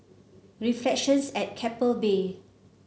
reflections at Keppel Bay